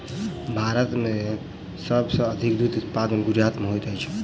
भारत में सब सॅ अधिक दूध उत्पादन गुजरात में होइत अछि